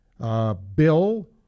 Bill